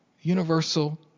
universal